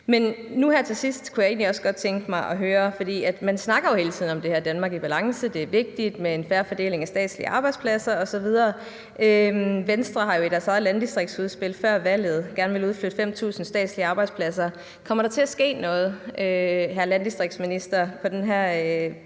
Nu her til sidst kunne jeg egentlig også godt tænke mig at høre om noget. Man snakker jo hele tiden om det her Danmark i balance, og at det er vigtigt med en fair fordeling af statslige arbejdspladser osv. Venstre har jo i deres eget landdistriktsudspil før valget gerne villet udflytte 5.000 statslige arbejdspladser. Kommer der til at ske noget, hr. landdistriktsminister, på den her